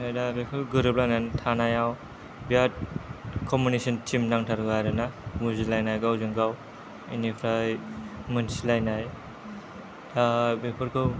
ओमफ्राय दा बेफोर गोरोबलायनानै थानायाव बिराद कमबिनेशन टिम नांथारगौ आरोना बुजिलायनाय गावजोंगाव बिनिफ्राय मोनथिलायनाय दा बेफोरखौ